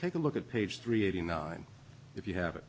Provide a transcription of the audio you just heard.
take a look at page three eighty nine if you have it